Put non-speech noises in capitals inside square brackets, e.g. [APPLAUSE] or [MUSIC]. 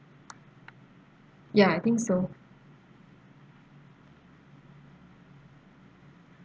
[NOISE] ya I think so